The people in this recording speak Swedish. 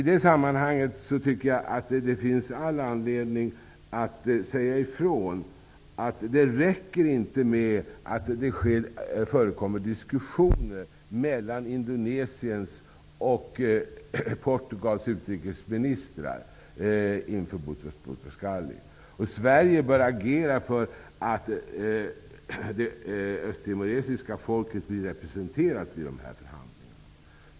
Det finns här all anledning att säga ifrån. Det räcker inte med att det förekommer diskussioner mellan Indonesiens och Sverige bör agera för att det östtimoresiska folket skall bli representerat vid dessa förhandlingar.